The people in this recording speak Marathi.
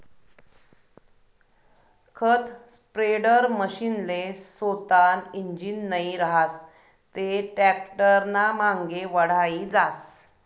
खत स्प्रेडरमशीनले सोतानं इंजीन नै रहास ते टॅक्टरनामांगे वढाई जास